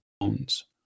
bones